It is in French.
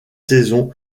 saisons